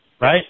right